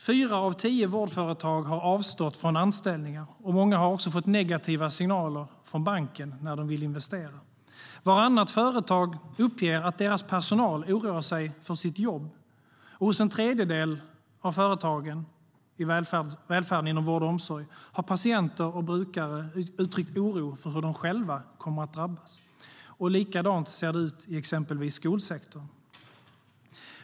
Fyra av tio vårdföretag har avstått från anställningar, och många har också fått negativa signaler från banken när de vill investera. Vartannat företag uppger att deras personal oroar sig för sitt jobb. Hos en tredjedel av företagen i välfärden inom vård och omsorg har patienter och brukare uttryckt oro för hur de själva kommer att drabbas. Likadant ser det ut i exempelvis skolsektorn.